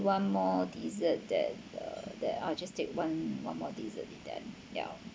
one more dessert that uh that I'll just take one one more dessert with that ya